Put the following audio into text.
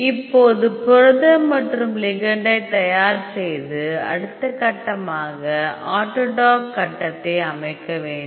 இப்போது புரதம் மற்றும் லிகெண்டை தயார் செய்து அடுத்த கட்டமாக ஆட்டோடாக் கட்டத்தை அமைக்க வேண்டும்